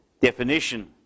definition